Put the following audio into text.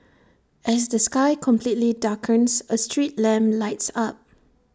as the sky completely darkens A street lamp lights up